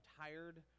tired